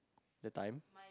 that time